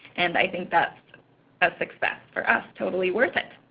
and i think that's a success for us, totally worth it.